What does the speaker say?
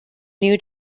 new